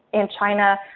in china,